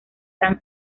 san